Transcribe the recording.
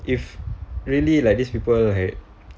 if really like these people had